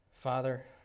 Father